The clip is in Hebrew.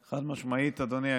חד-משמעית, אדוני.